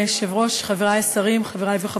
את סדר-היום.